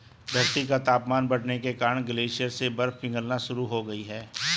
धरती का तापमान बढ़ने के कारण ग्लेशियर से बर्फ पिघलना शुरू हो गयी है